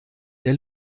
der